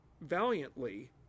valiantly